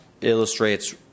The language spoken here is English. illustrates